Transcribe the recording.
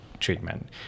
treatment